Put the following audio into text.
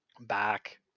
back